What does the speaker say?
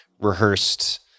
rehearsed